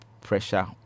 pressure